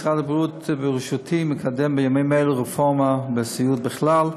משרד הבריאות בראשותי מקדם בימים אלה רפורמה בסיעוד בכלל.